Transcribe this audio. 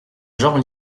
genre